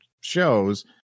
shows